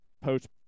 post